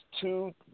two